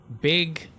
Big